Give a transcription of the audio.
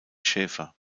schäfer